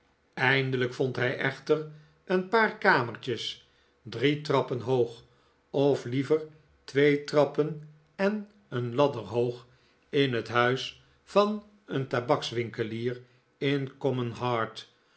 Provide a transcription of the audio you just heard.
eindelijk vond hij echter een paar kamertjes drie trappen hoog of liever twee nikolaas als dramaturg trappen en een ladder hoog in het huis van een tabakswinkelier in